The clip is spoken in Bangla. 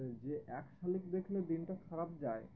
যে এক শালিক দেখলে দিনটা খারাপ যায়